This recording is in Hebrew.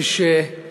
כשאני